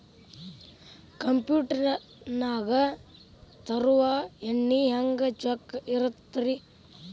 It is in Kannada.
ಕಂಪ್ಯೂಟರ್ ನಾಗ ತರುಸುವ ಎಣ್ಣಿ ಹೆಂಗ್ ಚೊಕ್ಕ ಇರತ್ತ ರಿ?